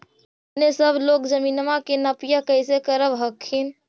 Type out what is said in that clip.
अपने सब लोग जमीनमा के नपीया कैसे करब हखिन?